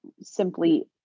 simply